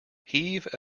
heave